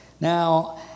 now